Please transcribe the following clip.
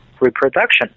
reproduction